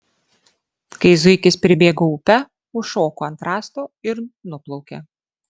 kai zuikis pribėgo upę užšoko ant rąsto ir nuplaukė